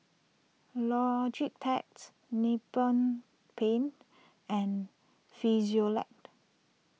Logitech's Nippon Paint and Frisolac